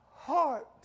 heart